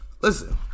listen